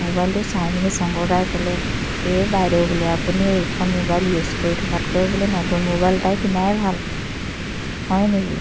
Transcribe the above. মোবাইলটো চাই মেলি শংকৰদাই ক'লে এই বাইদেউ বোলে আপুনি এইখন মোবাইল ইউজ কৰি থকাতকৈ বোলে নতুন মোবাইল এটা কিনাই ভাল হয়নে বোলো